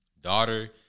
daughter